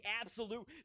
absolute